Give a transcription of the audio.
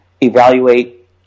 evaluate